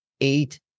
eight